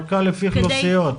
חלוקה לפי אוכלוסיות.